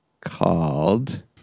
called